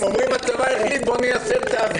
אומרים: הצבא החליט, בואו ניישם.